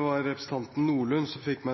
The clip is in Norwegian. var representanten Nordlund som fikk